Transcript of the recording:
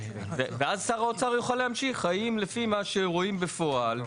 ואז הוא יוכל להחליט: האם לפי מה שרואים בפועל,